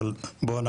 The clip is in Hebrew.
אבל בואו,